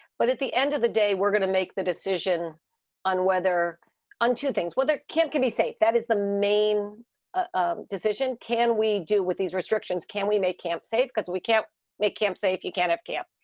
but at the end of the day, we're going to make the decision on whether on two things, whether it can't can be safe. that is the main ah decision. can we do with these restrictions? can we make camp safe because we can't make camp say if you can't camp?